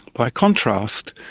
by contrast,